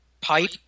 pipe